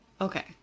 Okay